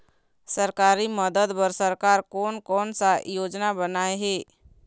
सरकारी मदद बर सरकार कोन कौन सा योजना बनाए हे?